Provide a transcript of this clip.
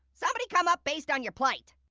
somebody come up based on your plight.